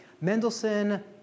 Mendelssohn